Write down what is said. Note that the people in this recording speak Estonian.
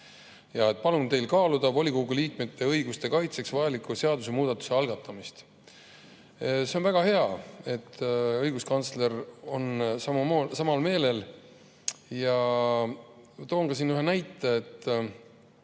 Ta palub meil kaaluda volikogu liikmete õiguste kaitseks vajaliku seadusemuudatuse algatamist. See on väga hea, et õiguskantsler on samal meelel. Ma toon siin ühe näite.